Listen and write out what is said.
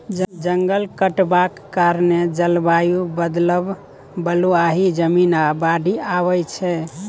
जंगल कटबाक कारणेँ जलबायु बदलब, बलुआही जमीन, आ बाढ़ि आबय छै